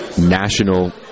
national